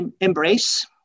embrace